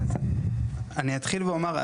אני אתחיל ואומר,